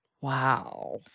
Wow